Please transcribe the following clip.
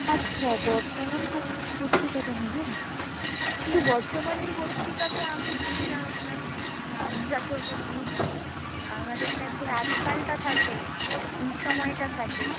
আচ্ছা বর্তমান পক্রি পত্রিকাটা নেবেন কিন্তু বর্তমান পত্রিকা তো আমি দিই না ম্যাম মানে আমরা তো ওটা দিই না আমাদের কাছে আজকালটা থাকে এই সময়টা থাকে